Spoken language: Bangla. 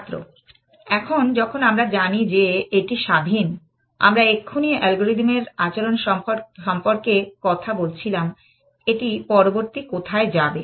ছাত্র এখন যখন আমরা জানি যে এটি স্বাধীন আমরা এক্ষুনি অ্যালগরিদমের আচরণ সম্পর্কে কথা বলছিলাম এটি পরবর্তী কোথায় যাবে